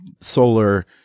solar